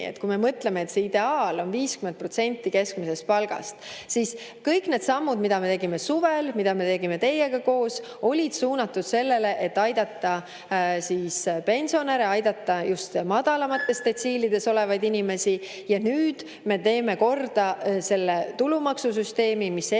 kui me mõtleme, et ideaal on 50% keskmisest palgast. Kõik need sammud, mida me tegime suvel, mida me tegime teiega koos, olid suunatud sellele, et aidata pensionäre, aidata just madalamates detsiilides olevaid inimesi. Ja nüüd me teeme korda selle tulumaksusüsteemi, mis hetkel